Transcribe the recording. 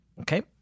Okay